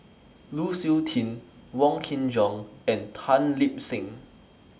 Lu Suitin Wong Kin Jong and Tan Lip Seng